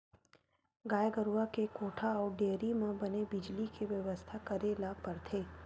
गाय गरूवा के कोठा अउ डेयरी म बने बिजली के बेवस्था करे ल परथे